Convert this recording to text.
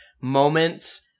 moments